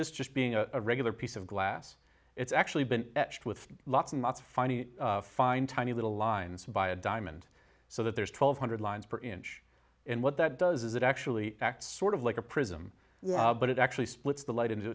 this just being a regular piece of glass it's actually been etched with lots and lots of funny fine tiny little lines by a diamond so that there's twelve hundred lines per inch and what that does is it actually acts sort of like a prism but it actually splits the light into